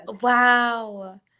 Wow